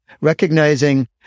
recognizing